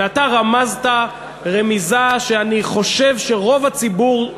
ואתה רמזת רמיזה שאני חושב שרוב הציבור,